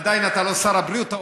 עדיין אתה לא שר הבריאות.